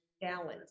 gallons